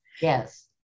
Yes